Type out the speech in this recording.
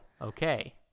Okay